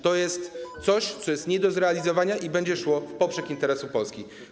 To jest coś, co jest nie do zrealizowania i będzie szło w poprzek interesów Polski.